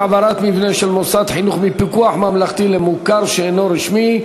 העברת מבנה של מוסד חינוך מפיקוח ממלכתי למוכר שאינו רשמי),